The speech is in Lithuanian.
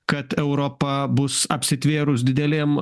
kad europa bus apsitvėrus didelėm